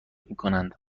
میکنند